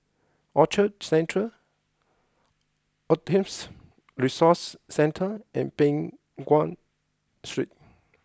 Orchard Central Autisms Resource Centre and Peng Nguan Street